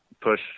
push